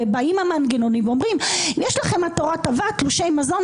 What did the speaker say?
ובאים המנגנונים ואומרים: יש לכם בתור הטבה תלושי מזון,